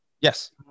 Yes